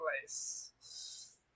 place